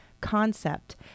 concept